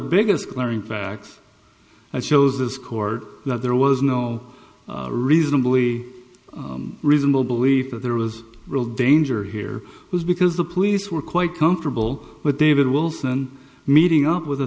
biggest glaring facts that shows this court that there was no reasonably reasonable belief that there was real danger here was because the police were quite comfortable with david wilson meeting up with a